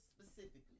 specifically